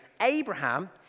Abraham